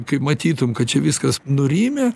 kai matytum kad čia viskas nurimę